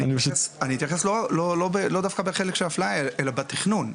אתייחס לא רק בקטע של האפליה, אלא בתכנון.